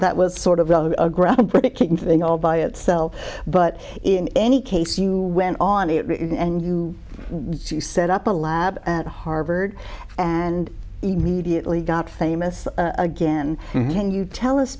that was sort of a groundbreaking thing all by itself but in any case you went on and you set up a lab at harvard and immediately got famous again can you tell us